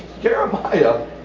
Jeremiah